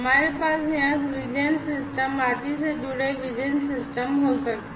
हमारे पास यहाँ विज़न सिस्टम आदि से जुड़े विज़न सिस्टम हो सकते हैं